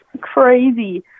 crazy